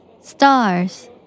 Stars